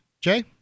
Jay